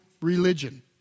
religion